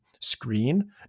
screen